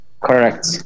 correct